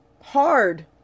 hard